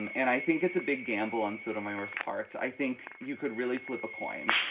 and and i think it's a big gamble on sotomayor's parts. i think you could really flip a coin.